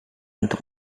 untuk